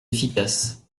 efficace